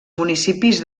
municipis